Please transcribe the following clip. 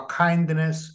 kindness